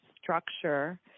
structure